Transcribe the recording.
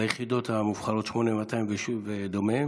ליחידות המובחרות, 8200 ודומיהן,